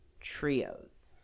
trios